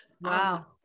Wow